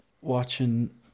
watching